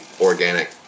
organic